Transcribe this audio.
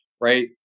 right